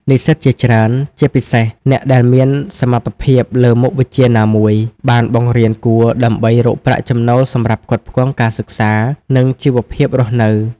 និស្សិតជាច្រើន ជាពិសេសអ្នកដែលមានសមត្ថភាពលើមុខវិជ្ជាណាមួយ បានបង្រៀនគួរដើម្បីរកប្រាក់ចំណូលសម្រាប់ផ្គត់ផ្គង់ការសិក្សា និងជីវភាពរស់នៅ។